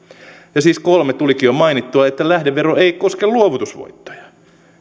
kolme tulikin jo mainittua että lähdevero ei koske luovutusvoittoja